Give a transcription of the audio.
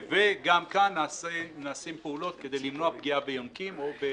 וגם כאן נעשות פעולות כדי למנוע פגיעה ביונקים או בצבים.